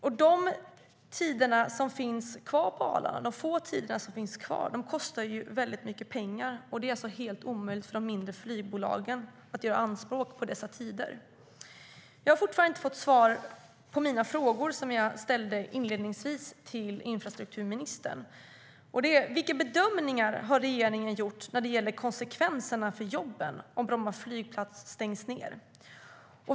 De få tider som finns kvar på Arlanda kostar mycket pengar, vilket gör det omöjligt för de små flygbolagen att göra anspråk på dem. Jag har ännu inte fått svar på de frågor som jag inledningsvis ställde till infrastrukturministern. Vilka bedömningar har regeringen gjort när det gäller konsekvenserna för jobben om Bromma flygplats stängs ned?